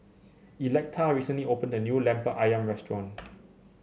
Electa recently opened a new lemper ayam restaurant